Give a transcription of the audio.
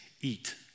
eat